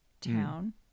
town